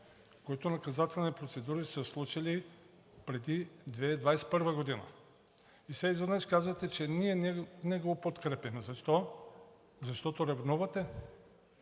които наказателни процедури са се случили преди 2021 г. И сега изведнъж казвате: ние не го подкрепяме. Защо? Защото ревнувате?